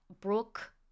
Brooke